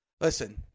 Listen